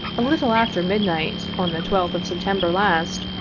a little after midnight on the twelfth of september last,